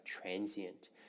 transient